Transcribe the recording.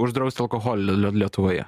uždrausti alkoholį lie lietuvoje